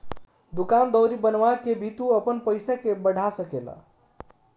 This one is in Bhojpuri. दूकान दौरी बनवा के भी तू अपनी पईसा के बढ़ा सकेला